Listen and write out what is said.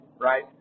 Right